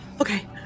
Okay